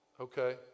okay